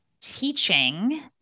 teaching